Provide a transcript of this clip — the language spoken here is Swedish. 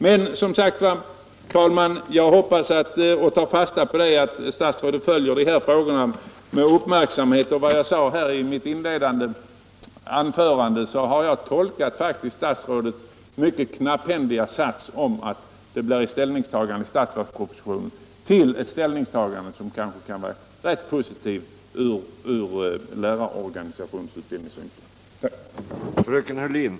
Men jag tar fasta på, herr talman, att statsrådet följer de här frågorna med uppmärksamhet. Som jag sade i mitt inledande anförande har jag också tolkat statsrådets mycket knapphändiga uttalande att det blir ett ställningstagande i budgetpropositionen så, att detta ställningstagande kanske kan vara rätt positivt för lärarutbildningsorganisationen.